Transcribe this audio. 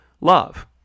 love